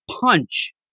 punch